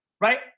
right